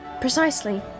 Precisely